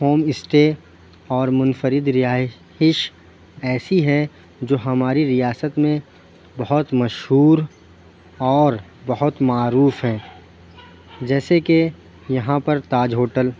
home stay اور منفرد رہایش ایسی ہیں جو ہماری ریاست میں بہت مشہور اور بہت معروف ہیں جیسے کہ یہاں پر تاج ہوٹل